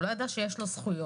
הוא לא ידע שיש לו זכויות.